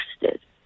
interested